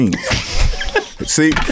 See